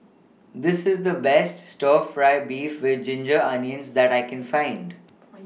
This IS The Best Stir Fry Beef with Ginger Onions that I Can Find